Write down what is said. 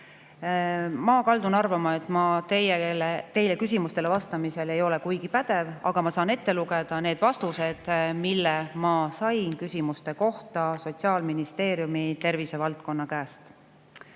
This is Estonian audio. Ma kaldun arvama, et ma teie küsimustele vastamisel ei ole kuigi pädev, aga ma saan ette lugeda need vastused, mis ma sain küsimuste kohta Sotsiaalministeeriumi tervisevaldkonna käest.